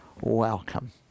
Welcome